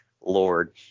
Lord